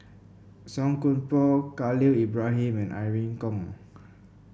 Song Koon Poh Khalil Ibrahim and Irene Khong